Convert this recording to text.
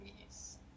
Yes